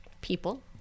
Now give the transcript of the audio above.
People